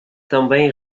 também